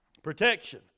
Protection